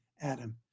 Adam